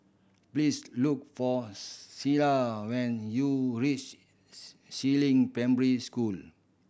please look for Selah when you reach Si Ling Primary School